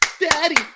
Daddy